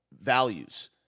values